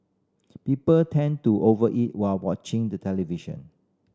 people tend to over eat while watching the television